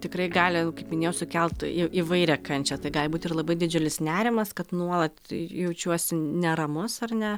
tikrai gali kaip minėjau sukelt į įvairią kančią tai gali būt ir labai didžiulis nerimas kad nuolat jaučiuosi neramus ar ne